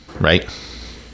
right